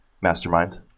Mastermind